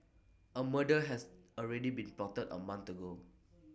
A murder has already been plotted A month ago